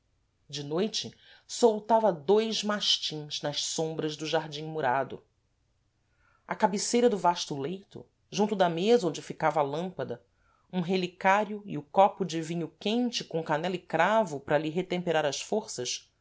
de noite soltava dois mastins nas sombras do jardim murado à cabeceira do vasto leito junto da mesa onde ficava a lâmpada um relicário e o copo de vinho quente com canela e cravo para lhe retemperar as